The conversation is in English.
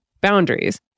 boundaries